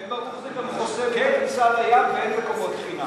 בתל-ברוך גם חוסמים את הכניסה לים ואין מקומות חינם.